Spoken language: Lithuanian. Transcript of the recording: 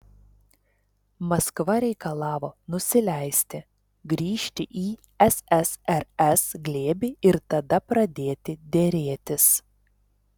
maskva reikalavo nusileisti grįžti į ssrs glėbį ir tada pradėti derėtis